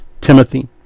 Timothy